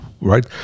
right